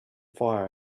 fire